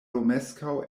romeskaŭ